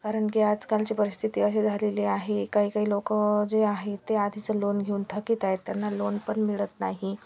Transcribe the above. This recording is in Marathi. कारण की आजकालची परिस्थिती अशी झालेली आहे काही काही लोकं जे आहेत ते आधीचं लोन घेऊन थकीत आहेत त्यांना लोन पण मिळत नाही